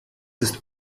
ist